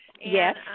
Yes